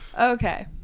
okay